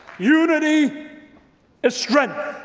unity is strengthment